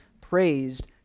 praised